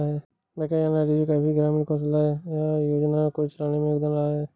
वैंकैया नायडू जी का भी ग्रामीण कौशल्या योजना को चलाने में योगदान रहा है